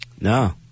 No